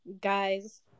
guys